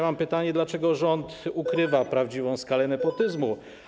Mam pytanie, dlaczego rząd ukrywa prawdziwą skalę nepotyzmu.